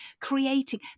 creating